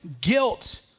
guilt